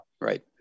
Right